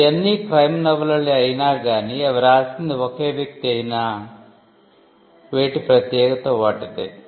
అవి అన్నీ క్రైమ్ నవలలే అయినా గానీ అవి రాసింది ఒకే వ్యక్తి అయినా సరే వేటి ప్రత్యేకత వాటిదే